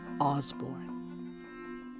Osborne